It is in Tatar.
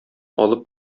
алып